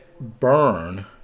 burn